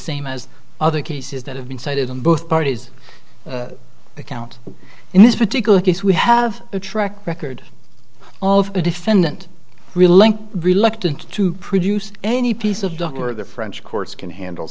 same as other cases that have been cited on both parties account in this particular case we have a track record of a defendant relink reluctant to produce any piece of dr or the french courts can handle